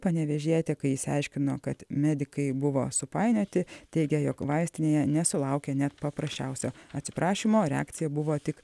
panevėžietė kai išsiaiškino kad medikai buvo supainioti teigė jog vaistinėje nesulaukė net paprasčiausio atsiprašymo reakcija buvo tik